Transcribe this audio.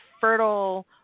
fertile